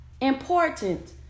important